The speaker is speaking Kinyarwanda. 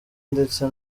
ndetse